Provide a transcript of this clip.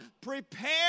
Prepare